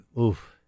oof